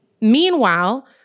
Meanwhile